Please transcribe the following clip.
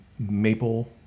maple